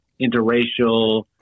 interracial